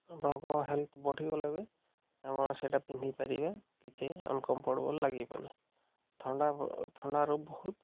ଆପଣଙ୍କ ହେଲ୍ଥ ବଢ଼ିଗଲେ ବି ଆପଣ ସେଟା ପିନ୍ଧିପାରିବ କିଛି ଅନକମ୍ଫର୍ଟେବଲ୍ ଲାଗିବନି ଥଣ୍ଡାରୁ ବହୁତ